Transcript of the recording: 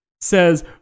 says